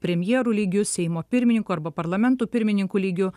premjerų lygiu seimo pirmininkų arba parlamentų pirmininkų lygiu